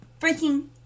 freaking